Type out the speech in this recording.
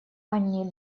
они